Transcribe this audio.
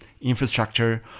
Infrastructure